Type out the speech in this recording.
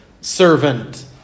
servant